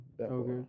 Okay